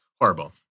horrible